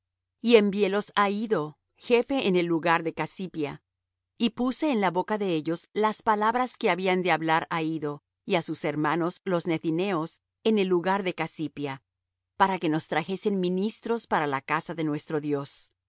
y enviélos á iddo jefe en el lugar de casipia y puse en boca de ellos las palabras que habían de hablar á iddo y á sus hermanos los nethineos en el lugar de casipia para que nos trajesen ministros para la casa de nuestro dios